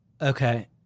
Okay